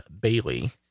Bailey